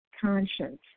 conscience